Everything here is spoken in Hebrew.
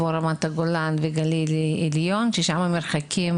כמו רמת הגולן וגליל עליון ששם המרחקים